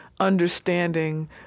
understanding